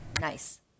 Nice